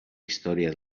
història